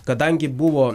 kadangi buvo